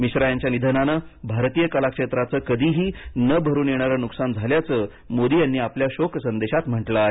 मिश्रा यांच्या निधनानं भारतीय कलाक्षेत्राचं कधीही न भरून येणारं नुकसान झाल्याचं मोदी यांनी आपल्या शोक संदेशात म्हटलं आहे